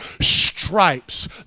stripes